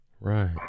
Right